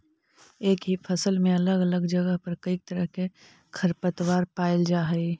एक ही फसल में अलग अलग जगह पर कईक तरह के खरपतवार पायल जा हई